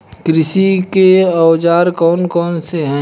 कृषि के औजार कौन कौन से हैं?